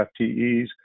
FTEs